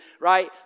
right